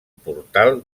portal